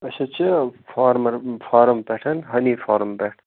أسۍ حظ چھِ فارمَر فارَم پٮ۪ٹھ ۂنی فارَم پٮ۪ٹھ